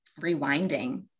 rewinding